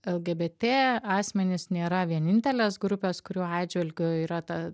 lgbt asmenys nėra vienintelės grupės kurių atžvilgiu yra ta